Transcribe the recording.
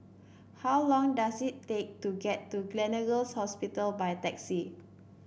how long does it take to get to Gleneagles Hospital by taxi